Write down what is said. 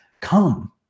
come